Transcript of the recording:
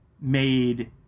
made